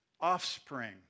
offspring